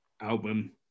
album